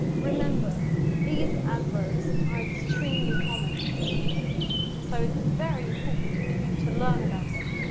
remember these adverbs are extremely common in english, so it's very important for you to learn about them.